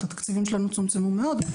אמנם התקציבים שלנו צומצמו מאוד,